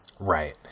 Right